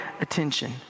attention